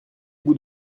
bout